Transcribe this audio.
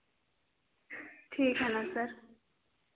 ठीक है न सर